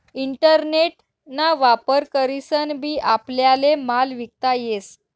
internet ना वापर करीसन बी आपल्याले माल विकता येस